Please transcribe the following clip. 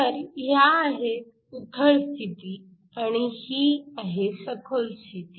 तर ह्या आहेत उथळ स्थिती आणि ही आहे सखोल स्थिती